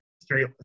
straight